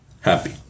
happy